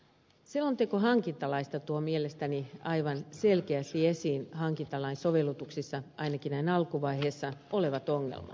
selonteko hankintalaista tuo mielestäni aivan selkeästi esiin hankintalain soveltamisessa ainakin näin alkuvaiheessa olevat ongelmat